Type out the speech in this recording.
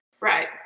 Right